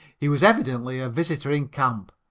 he was evidently a visitor in camp,